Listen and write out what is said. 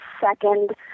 second